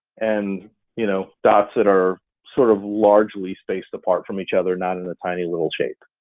and you know dots that are sort of largely-spaced apart from each other not in the tiny little shape,